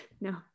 No